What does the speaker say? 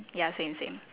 ya same same